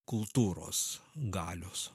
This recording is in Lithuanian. kultūros galios